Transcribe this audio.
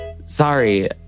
sorry